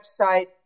website